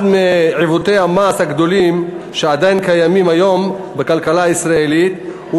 אחד מעיוותי המס הגדולים שעדיין קיימים היום בכלכלה הישראלית הוא